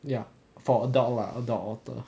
ya for adult lah adult otter